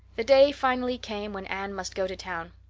the day finally came when anne must go to town.